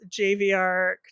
JVR